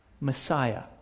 Messiah